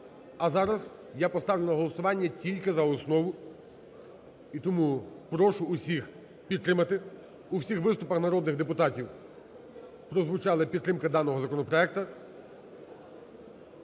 А зараз я поставлю на голосування тільки за основу і тому прошу усіх підтримати, у всіх виступах народних депутатів прозвучала підтримка даного законопроекту,